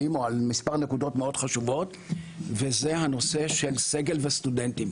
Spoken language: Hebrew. חשובות וזה הנושא של סגל וסטודנטים.